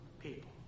people